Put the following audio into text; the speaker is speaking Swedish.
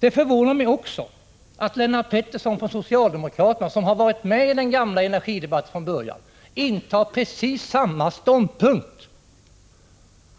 Det förvånar mig också att Lennart Pettersson från socialdemokraterna, som har varit med i den gamla energidebatten från början, intar precis samma ståndpunkt.